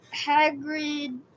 Hagrid